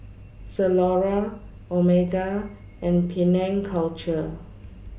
Zalora Omega and Penang Culture